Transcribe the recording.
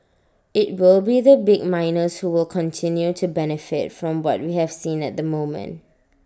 IT will be the big miners who will continue to benefit from what we have seen at the moment